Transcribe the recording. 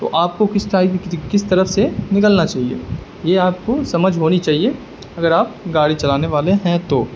تو آپ کو کس ٹائپ کس طرف سے نکلنا چاہیے یہ آپ کو سمجھ ہونی چاہیے اگر آپ گاڑی چلانے والے ہیں تو